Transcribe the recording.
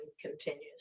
continues